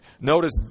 Notice